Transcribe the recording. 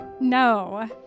No